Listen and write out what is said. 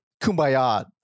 kumbaya